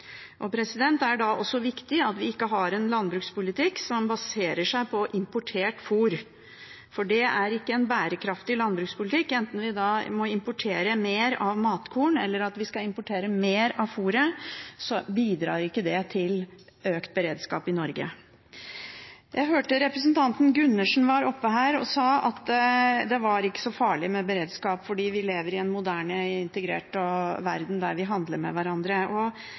importert fôr. Det er ikke en bærekraftig landbrukspolitikk. Enten vi må importere mer av matkorn eller mer av fôret, bidrar ikke det til økt beredskap i Norge. Jeg hørte representanten Gundersen var oppe her og sa at det var ikke så farlig med beredskap, fordi vi lever i en moderne, integrert verden der vi handler med hverandre.